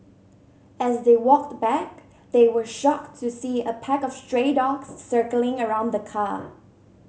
as they walked back they were shocked to see a pack of stray dogs circling around the car